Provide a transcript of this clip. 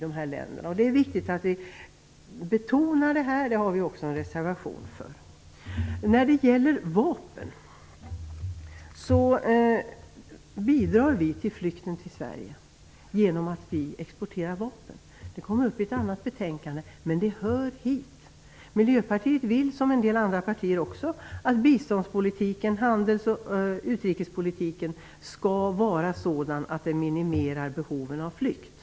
Det är viktigt att vi betonar detta, och vi har också en reservation om det. När det gäller vapen bidrar vi till flykten till Sverige genom att vi exporterar vapen. Det kommer upp i ett annat betänkande, men det hör hit. Miljöpartiet vill, liksom en del andra partier, att bistånds-, handels och utrikespolitiken skall vara sådan att den minimerar behoven av flykt.